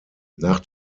nach